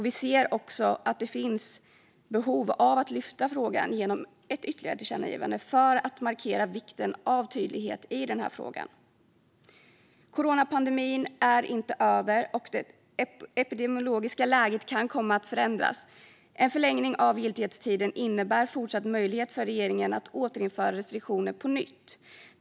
Vi ser också att det nu finns behov av att lyfta frågan genom ytterligare ett tillkännagivande för att markera vikten av tydlighet i den här frågan. Coronapandemin är inte över, och det epidemiologiska läget kan komma att förändras. En förlängning av giltighetstiden innebär fortsatt möjlighet för regeringen att återinföra restriktioner.